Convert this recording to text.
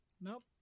Nope